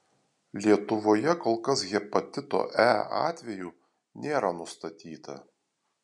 lietuvoje kol kas hepatito e atvejų nėra nustatyta